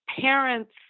Parents